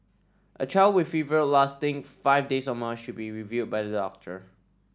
a child with fever lasting five days or more should be reviewed by the doctor